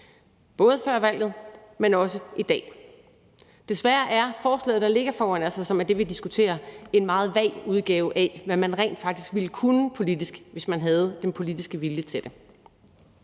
både før valget, men også i dag. Desværre er forslaget, der ligger foran os, og som er det, vi diskuterer, en meget vag udgave af, hvad man rent faktisk ville kunne politisk, hvis man havde den politiske vilje til det.